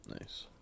Nice